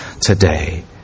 today